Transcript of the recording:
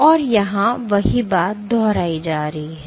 और यहाँ वही बात दोहराई जा रही है